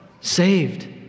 Saved